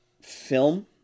film